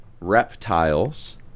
reptiles